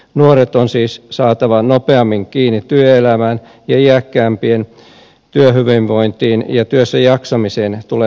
nuoret on siis saatava nopeammin kiinni työelämään ja iäkkäämpien työhyvinvointiin ja työssäjaksamiseen tulee panostaa enemmän